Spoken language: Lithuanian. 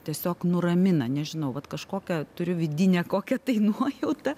tiesiog nuramina nežinau vat kažkokią turiu vidinę kokią tai nuojautą